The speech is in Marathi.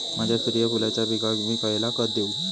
माझ्या सूर्यफुलाच्या पिकाक मी खयला खत देवू?